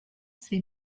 ces